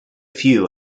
few